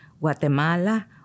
Guatemala